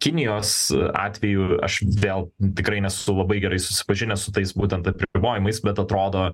kinijos atveju aš vėl tikrai nesu labai gerai susipažinęs su tais būtent apribojimais bet atrodo